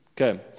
Okay